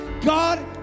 god